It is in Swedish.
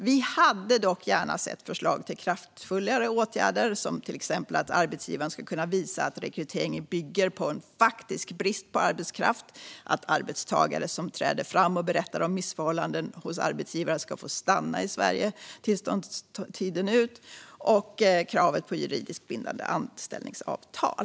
Vi hade dock gärna sett förslag till kraftfullare åtgärder, till exempel att arbetsgivaren ska kunna visa att rekryteringen bygger på en faktisk brist på arbetskraft, att arbetstagare som träder fram och berättar om missförhållanden hos arbetsgivare ska få stanna i Sverige tillståndstiden ut samt att det ska ställas krav på juridiskt bindande anställningsavtal.